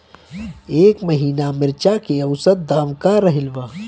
एह महीना मिर्चा के औसत दाम का रहल बा?